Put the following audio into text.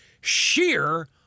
sheer